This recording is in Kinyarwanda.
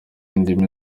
indimi